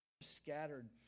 scattered